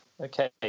Okay